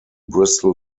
bristol